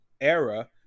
era